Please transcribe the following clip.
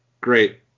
great